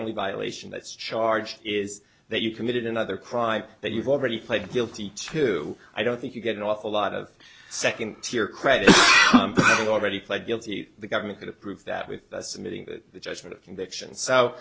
only violation that's charged is that you committed another crime that you've already pled guilty to i don't think you get an awful lot of second tier credit already pled guilty the government could approve that with submitting to the judgment of conviction so